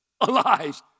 alive